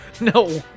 No